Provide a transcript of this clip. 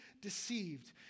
deceived